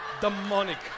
demonic